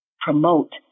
promote